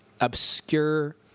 obscure